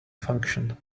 function